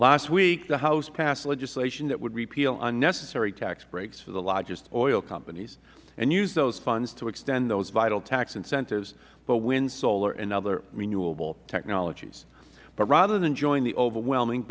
last week the house passed legislation that would repeal unnecessary tax breaks for the largest oil companies and use those funds to extend those vital tax incentives for wind solar and other renewable technologies but rather than join the overwhelming